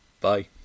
Bye